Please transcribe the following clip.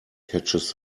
catches